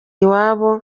iwabo